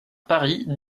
paris